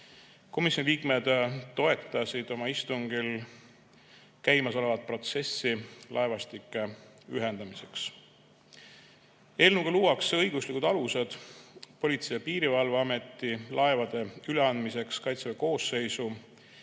Siigur. Komisjoni liikmed toetasid oma istungil käimasolevat protsessi laevastike ühendamiseks. Eelnõuga luuakse õiguslikud alused Politsei- ja Piirivalveameti laevade üleandmiseks Kaitseväe koosseisu